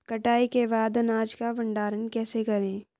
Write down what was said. कटाई के बाद अनाज का भंडारण कैसे करें?